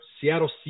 Seattle